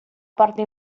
parte